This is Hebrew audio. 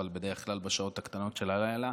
אבל בדרך כלל בשעות הקטנות של הלילה,